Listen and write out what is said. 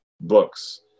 books